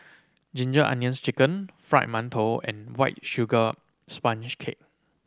Ginger Onions Chicken Fried Mantou and White Sugar Sponge Cake